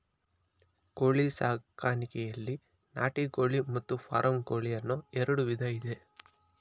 ಕೋಳಿ ಸಾಕಾಣಿಕೆಯಲ್ಲಿ ನಾಟಿ ಕೋಳಿ ಮತ್ತು ಫಾರಂ ಕೋಳಿ ಅನ್ನೂ ಎರಡು ವಿಧ ಇದೆ